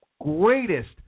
greatest